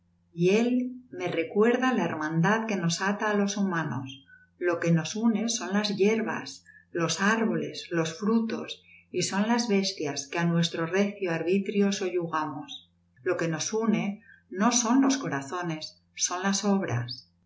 y él me recuerda la hermandad que nos ata á los humanos lo que nos une son las yerbas los árboles los frutos y son las bestias que á nuestro recio arbitrio soyugamos lo que nos une no son los corazones son las obras